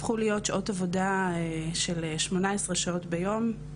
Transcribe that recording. הפכו להיות שעות עבודה של שמונה עשרה שעות ביום,